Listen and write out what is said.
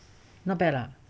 not bad ah